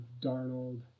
Darnold